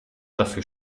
dafür